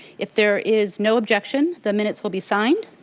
if there is no objection, the minutes will be signed.